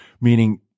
Meaning